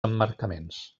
emmarcaments